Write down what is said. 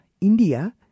India